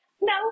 No